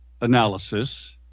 analysis